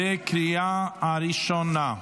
בקריאה הראשונה.